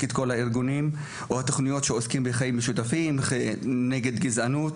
את כל התכוניות והארגונים שעוסקים בחיים משותפים ומחנכים נגד גזענות.